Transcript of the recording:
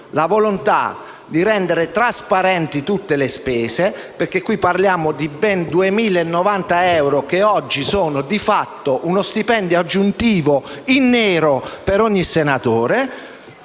la volontà di rendere trasparenti tutte le spese, perché parliamo di ben 2.090 euro, che oggi sono di fatto uno stipendio aggiuntivo in nero per ogni senatore.